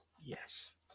Yes